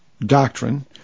doctrine